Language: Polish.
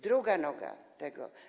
Druga noga tego.